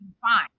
fine